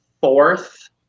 fourth